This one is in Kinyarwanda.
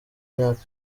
myaka